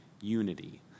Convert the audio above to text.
unity